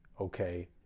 okay